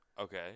Okay